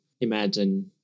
imagine